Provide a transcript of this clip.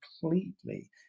completely